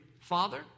father